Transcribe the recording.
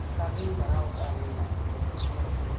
ᱜᱚᱴᱟᱜᱤᱧ ᱫᱟᱬᱟ ᱟᱠᱟᱫᱟ ᱱᱤᱭᱟᱹ ᱫᱚᱠᱠᱷᱤᱱ ᱫᱤᱱᱟᱡᱽᱯᱩᱨ